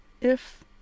If